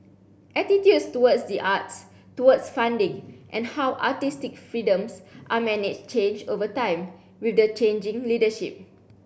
attitudes towards the arts towards funding and how artistic freedoms are managed change over time with the changing leadership